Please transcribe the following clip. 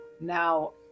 Now